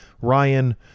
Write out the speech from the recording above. Ryan